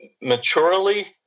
maturely